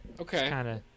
okay